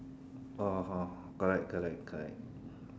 oh (ho) correct correct correct